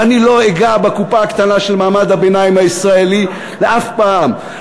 ואני לא אגע בקופה הקטנה של מעמד הביניים הישראלי אף פעם.